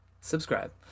subscribe